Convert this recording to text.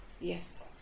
Yes